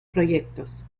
proyectos